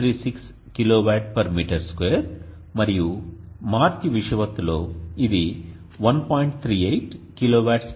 36 kWm2 మరియు మార్చి విషువత్తులో ఇది 1